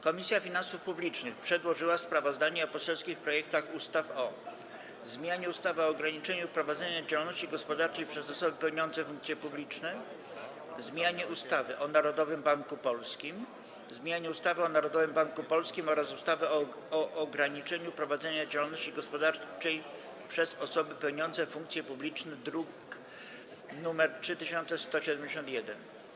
Komisja Finansów Publicznych przedłożyła sprawozdanie o poselskich projektach ustaw o: zmianie ustawy o ograniczeniu prowadzenia działalności gospodarczej przez osoby pełniące funkcje publiczne, zmianie ustawy o Narodowym Banku Polskim oraz zmianie ustawy o Narodowym Banku Polskim oraz ustawy o ograniczeniu prowadzenia działalności gospodarczej przez osoby pełniące funkcje publiczne, druk nr 3171.